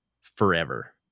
forever